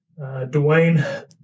Dwayne